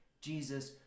jesus